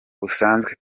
busanzwe